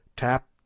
Tap